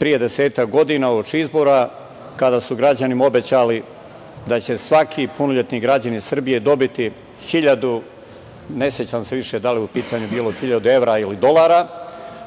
pre desetak godina uoči izbora, kada su građanima obećali da će svaki punoletni građanin Srbije dobiti 1.000, ne sećam se više da li je u pitanju bilo 1.000 evra ili dolara,